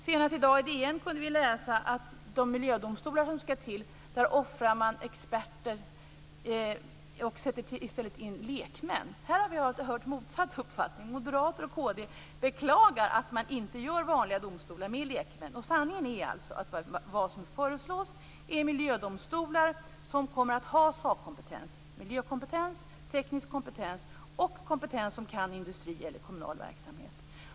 Senast i dag i DN kunde vi läsa att man i de miljödomstolar som skall komma till offrar experter och i stället sätter in lekmän. Här har vi hört motsatt uppfattning. Moderater och kd beklagar att man inte har vanliga domstolar med lekmän. Sanningen är alltså att vad som föreslås är miljödomstolar som kommer att ha sakkompetens, miljökompetens, teknisk kompetens och kompetens i form av folk som kan industri eller kommunal verksamhet.